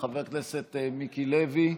חבר הכנסת מיקי לוי,